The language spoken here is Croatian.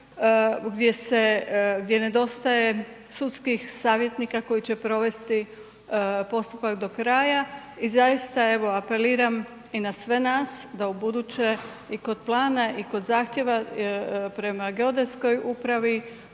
gdje nedostaje sudskih savjetnika koji će provesti postupak do kraja i zaista evo apeliram na sve nas da ubuduće i kod plana i kod zahtjeva prema geodetskoj upravi,